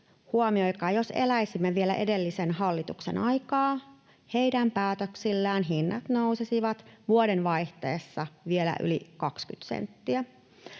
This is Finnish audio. huomioikaa: jos eläisimme vielä edellisen hallituksen aikaa, heidän päätöksillään hinnat nousisivat vuodenvaihteessa vielä yli 20 senttiä.